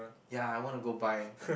ya I want to go buy